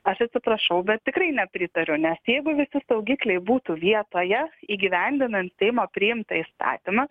aš atsiprašau bet tikrai nepritariu nes jeigu visi saugikliai būtų vietoje įgyvendinant seimo priimtą įstatymą